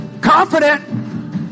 Confident